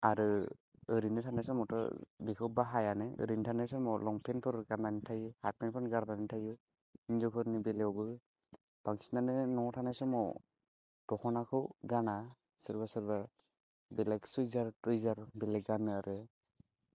आरो ओरैनो थानाय समावथ' बेखौ बाहायानो ओरैनो थानाय समाव लंपेनफोर गानानै थायो हाब पेनफोर गानानै थायो हिन्जावफोरनि बेलायावबो बांसिनानो न'आव थानाय समाव दख'नाखौ गाना सोरबा सोरबा बेलेक चुइजार प्रेजार बेलेक गानो आरो